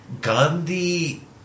Gandhi